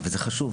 וזה חשוב.